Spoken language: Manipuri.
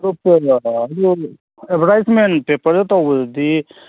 ꯑꯇꯣꯞꯄ ꯑꯣꯏꯅ ꯍꯥꯏꯗꯤ ꯑꯦꯗꯚꯔꯇꯥꯏꯖꯃꯦꯟ ꯄꯦꯄꯔꯗ ꯇꯧꯕꯗꯨꯗꯤ